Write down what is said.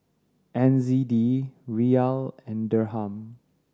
N Z D Riyal and Dirham